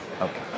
Okay